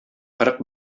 кырык